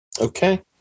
okay